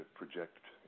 project